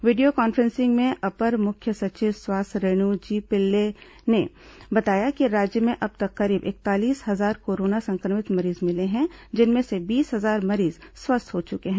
video conferencing में अपर मुख्य सचिव स्वास्थ्य रेण् जी पिल्ले ने बताया कि राज्य में अब तक करीब इकतालीस हजार कोरोना संक्रमित मरीज मिले हैं जिनमें से बीस हजार मरीज स्वस्थ हो चुके हैं